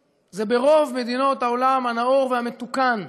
זה ברוב מדינות העולם הנאור והמתוקן.